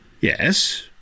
yes